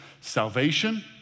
salvation